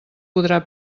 podrà